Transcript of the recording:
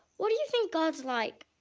what do you think god's like?